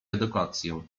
edukację